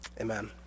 Amen